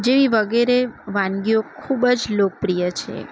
જેવી વગેરે વાનગીઓ ખૂબ જ લોકપ્રિય છે